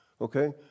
Okay